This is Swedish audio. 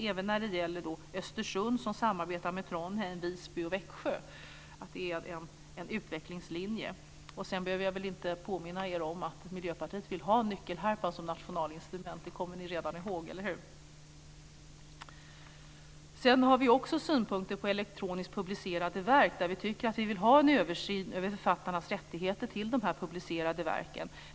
Även när det gäller Östersund, som samarbetar med Trondheim, Visby och Växjö är detta en utvecklingslinje. Sedan behöver jag väl inte påminna er om att Miljöpartiet vill ha nyckelharpan som nationalinstrument. Det kommer ni redan ihåg, eller hur? Vi har också synpunkter på elektroniskt publicerade verk. Här vill vi ha en översyn över författarnas rättigheter till de publicerade verken.